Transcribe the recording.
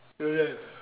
don't have